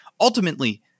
ultimately